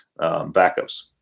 backups